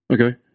Okay